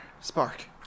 Spark